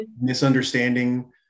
misunderstanding